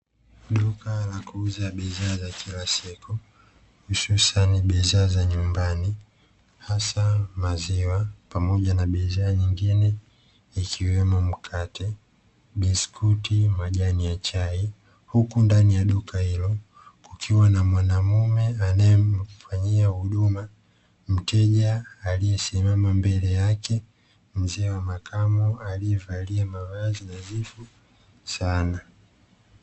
Duka la kuuza bidhaa za kira fiki mazi wa pamoja na biashara nyingine ikiwemo mkate biskuti majani ya chai huku ndani ya duka hilo kukiwa na mwanamume anayemfanyia huduma mteja aliyesimama mbele yake mzee wa makamo alizaliwa mavazi nadhifu sana.